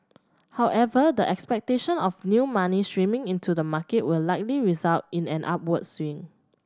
however the expectation of new money streaming into the market will likely result in an upward swing